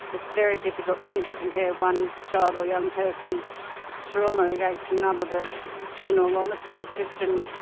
it's very difficult thing to compare one child or young person's trauma against another but in all honesty, tristan,